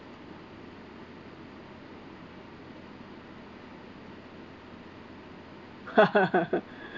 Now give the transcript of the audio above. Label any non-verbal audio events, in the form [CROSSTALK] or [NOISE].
[LAUGHS]